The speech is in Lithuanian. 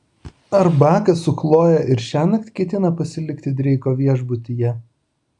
ar bakas su chloje ir šiąnakt ketina pasilikti dreiko viešbutyje